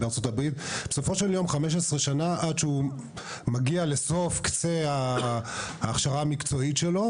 בסופו של יום 15 שנה עד שהוא מגיע לסוף קצה ההכשרה המקצועית שלו,